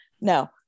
no